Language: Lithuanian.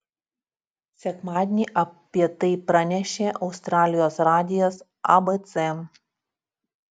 sekmadienį apie tai pranešė australijos radijas abc